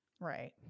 Right